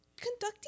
conducting